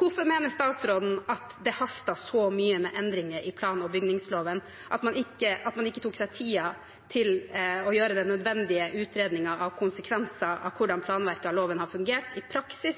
Hvorfor mener statsråden at det hastet så mye med endringer i plan- og bygningsloven at man ikke tok seg tid til å gjøre de nødvendige utredninger av konsekvenser av hvordan planverket og loven har fungert i praksis